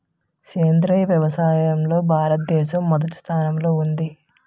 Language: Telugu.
సేంద్రీయ వ్యవసాయంలో భారతదేశం మొదటి స్థానంలో ఉంది